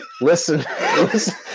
listen